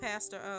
Pastor